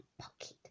pocket